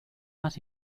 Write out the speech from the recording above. más